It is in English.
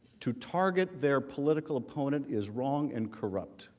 to target their political opponent is wrong and corrupt.